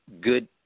good